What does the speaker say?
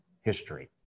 history